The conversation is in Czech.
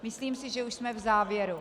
Myslím si, že už jsme v závěru.